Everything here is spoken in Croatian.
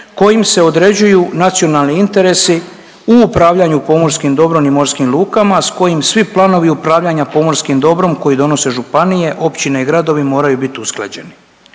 kojim se određuju nacionalni interesi u upravljanju pomorskim dobrom i morskim lukama, a s kojim svi planovi upravljanja pomorskim dobrom koji donose županije, općine i gradovi moraju biti usklađeni.